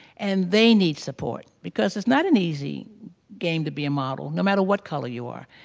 and they need support because it's not an easy game to be a model no matter what color you are.